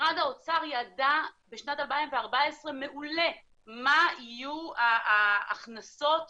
משרד האוצר ידע בשנת 2014 מעולה מה יהיו ההכנסות